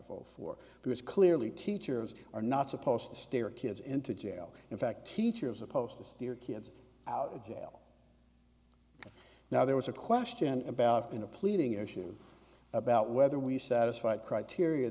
zero four who is clearly teachers are not supposed to steer kids into jail in fact teachers opposed to steer kids out of jail now there was a question about in a pleading issue about whether we satisfied criteria